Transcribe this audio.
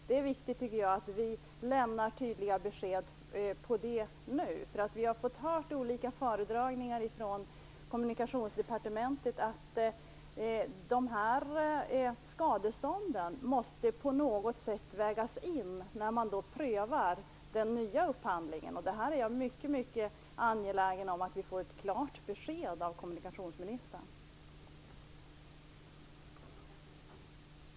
Det är viktigt att vi lämnar tydliga besked om det nu. Vi har i olika föredragningar från Kommunikationsdepartementet fått höra att de skadestånden på något sätt måste vägas in när man prövar den nya upphandlingen. Jag är mycket, mycket angelägen att vi får ett klart besked av kommunikationsministern på den punkten.